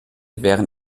wären